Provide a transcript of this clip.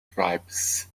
tribes